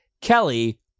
Kelly